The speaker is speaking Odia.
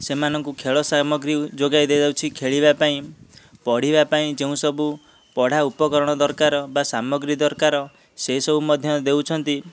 ସେମାନଙ୍କୁ ଖେଳ ସାମଗ୍ରୀ ଯୋଗାଇ ଦିଆଯାଉଛି ଖେଳିବାପାଇଁ ପଢିବାପାଇଁ ଯେଉଁସବୁ ପଢା ଉପକରଣ ଦରକାର ବା ସାମଗ୍ରୀ ଦରକାର ସେସବୁ ମଧ୍ୟ ଦେଉଛନ୍ତି